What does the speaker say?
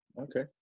Okay